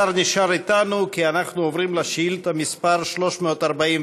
השר נשאר אתנו, כי אנחנו עוברים לשאילתה מס' 344,